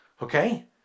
okay